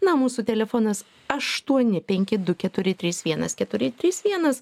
na o mūsų telefonas aštuoni penki du keturi trys vienas keturi trys vienas